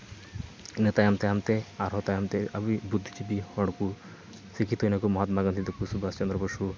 ᱤᱱᱟᱹ ᱛᱟᱭᱚᱢ ᱛᱟᱭᱚᱢ ᱛᱮ ᱟᱨᱦᱚᱸ ᱟᱵᱚᱭᱤᱡ ᱵᱩᱫᱽᱫᱷᱤ ᱡᱤᱵᱤ ᱦᱚᱲ ᱠᱩ ᱥᱤᱠᱠᱷᱤᱛᱚᱭ ᱱᱟᱠᱩ ᱢᱚᱦᱟᱛᱢᱟ ᱜᱟᱱᱫᱷᱤ ᱛᱟᱠᱚ ᱥᱩᱵᱷᱟᱥ ᱪᱚᱱᱫᱨᱚ ᱵᱚᱥᱩ